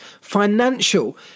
financial